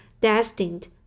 destined